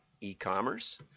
e-commerce